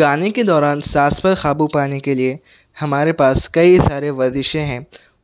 گانے کے دوران سانس پر قابو پانے کے لئے ہمارے پاس کئی سارے ورزشیں ہیں